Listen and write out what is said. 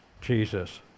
Jesus